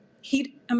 heat